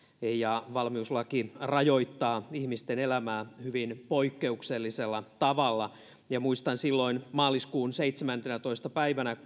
ja valmiuslaki rajoittaa ihmisten elämää hyvin poikkeuksellisella tavalla muistan kuinka silloin maaliskuun seitsemäntenätoista päivänä